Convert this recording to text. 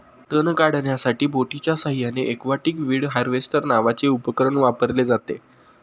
तण काढण्यासाठी बोटीच्या साहाय्याने एक्वाटिक वीड हार्वेस्टर नावाचे उपकरण वापरले जाते